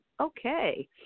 Okay